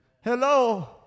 Hello